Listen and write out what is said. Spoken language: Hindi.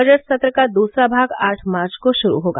बजट सत्र का दूसरा भाग आठ मार्च को शुरू होगा